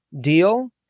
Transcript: deal